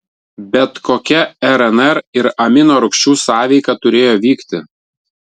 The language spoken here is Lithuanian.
bet kokia rnr ir aminorūgščių sąveika turėjo vykti